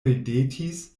ridetis